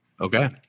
okay